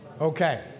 Okay